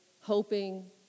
hoping